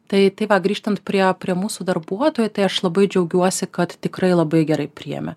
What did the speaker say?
tai tai va grįžtant prie prie mūsų darbuotojų tai aš labai džiaugiuosi kad tikrai labai gerai priėmė